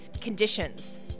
conditions